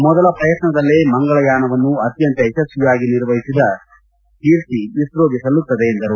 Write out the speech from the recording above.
ಮೊದಲ ಪ್ರಯತ್ನದಲ್ಲೇ ಮಂಗಳಯಾನವನ್ನು ಅತ್ಯಂತ ಯಶಸ್ವಿಯಾಗಿ ನಿರ್ವಹಿಸಿದ ಕೀರ್ತಿ ಇಸ್ತೋಗೆ ಸಲ್ಲುತ್ತದೆ ಎಂದರು